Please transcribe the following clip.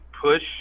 push